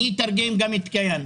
אני אתרגם גם את ""כייאן"".